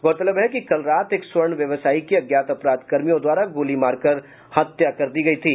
गौरतलब है कि कल रात एक स्वर्ण व्यवसायी की अज्ञात अपराधकर्मियों द्वारा गोली मार कर हत्या कर दी गयी थी